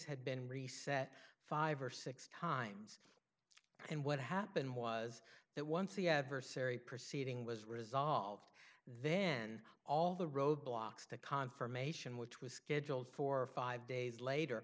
had been reset five dollars or six times and what happened was that once the adversary proceeding was resolved then all the roadblocks the confirmation which was scheduled for five days later